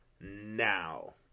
now